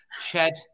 shed